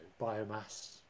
biomass